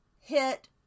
hit